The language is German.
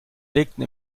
legten